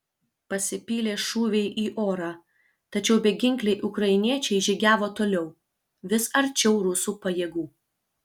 pasipylė šūviai į orą tačiau beginkliai ukrainiečiai žygiavo toliau vis arčiau rusų pajėgų